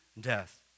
death